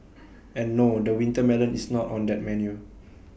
and no the winter melon is not on that menu